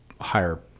higher